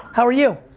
how are you?